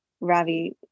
ravi